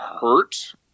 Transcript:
hurt